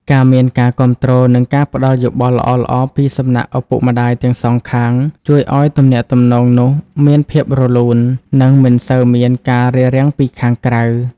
ការមានការគាំទ្រ និងការផ្ដល់យោបល់ល្អៗពីសំណាក់ឪពុកម្ដាយទាំងសងខាង ជួយឱ្យទំនាក់ទំនងនោះមានភាពរលូន និងមិនសូវមានការរារាំងពីខាងក្រៅ។